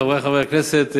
חברי חברי הכנסת,